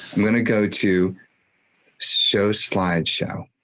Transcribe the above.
i'm going to go to show slideshow.